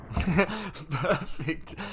Perfect